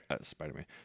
Spider-Man